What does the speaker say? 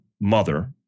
mother